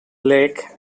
lake